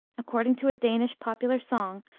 according to a danish popular song,